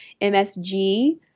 MSG